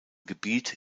gebiet